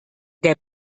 der